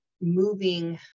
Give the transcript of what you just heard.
moving